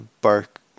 Bark